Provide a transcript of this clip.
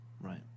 Right